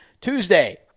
Tuesday